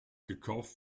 gekauft